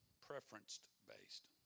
preference-based